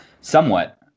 Somewhat